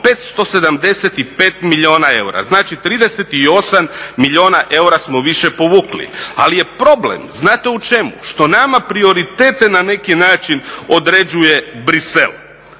575 milijuna eura, znači 38 milijuna eura smo više povukli. Ali je problem znate u čemu, što nama prioritete na neki na neki način određuje Bruxelles.